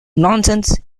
nonsense